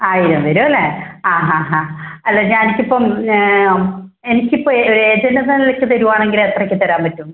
ആയിരം വരും അല്ലേ ആ ഹാ ഹാ അല്ല ഞാൻ എനിക്കിപ്പം എനിക്ക് ഇപ്പം ഒരു ഏജെൻ്റ് എന്ന നിലയ്ക്ക് തരികയാണെങ്കിൽ എത്രയ്ക്ക് തരാൻ പറ്റും